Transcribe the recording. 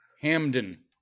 Hamden